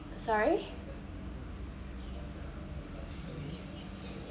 sorry